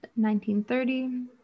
1930